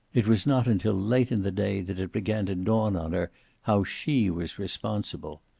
it was not until late in the day that it began to dawn on her how she was responsible.